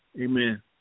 Amen